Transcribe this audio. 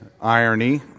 irony